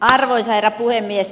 arvoisa herra puhemies